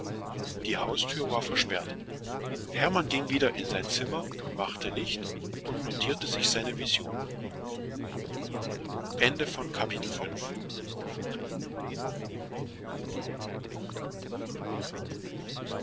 die haustür war verschlossen hermann ging in sein zimmer zurück zündete das licht an und notierte sich seine vision